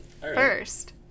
first